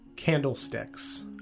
candlesticks